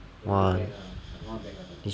!wah!